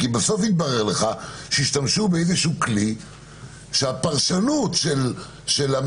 כי בסוף יתברר לך שהשתמשו באיזשהו כלי שהפרשנות של המשטרה,